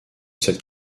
cette